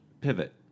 pivot